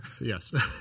Yes